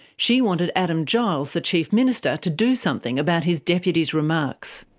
she wanted adam giles, the chief minister, to do something about his deputy's remarks.